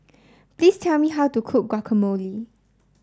please tell me how to cook Guacamole